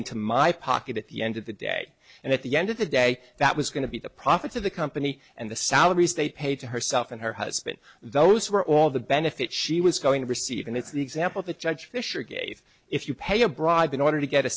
into my pocket at the end of the day and at the end of the day that was going to be the profits of the company and the salaries they paid to herself and her husband those were all the benefits she was going to receive and it's the example that judge fisher gave if you pay a bribe in order to get a